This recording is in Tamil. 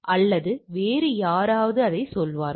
அல்லது வேறு யாராவது அதை சொல்வார்கள்